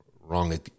wrong